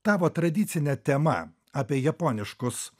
tavo tradicinė tema apie japoniškus